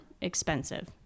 expensive